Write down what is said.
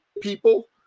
people